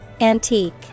antique